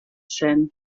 zen